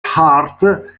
hart